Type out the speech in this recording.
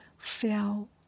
fell